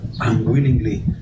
unwillingly